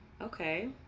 okay